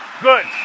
Good